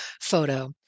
photo